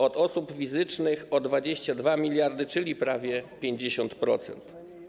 Od osób fizycznych - o 22 mld, czyli prawie o 50%.